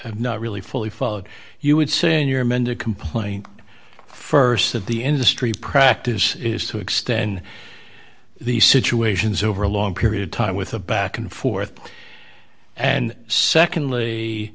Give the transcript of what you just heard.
have not really fully followed you would say in your amended complaint st that the industry practice is to extend these situations over a long period time with a back and forth and secondly